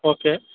okay